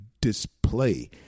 display